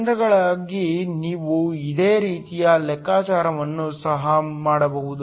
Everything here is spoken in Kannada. ರಂಧ್ರಗಳಿಗಾಗಿ ನೀವು ಇದೇ ರೀತಿಯ ಲೆಕ್ಕಾಚಾರವನ್ನು ಸಹ ಮಾಡಬಹುದು